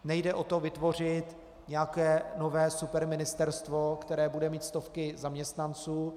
Nejde o to vytvořit nějaké nové superministerstvo, které bude mít stovky zaměstnanců.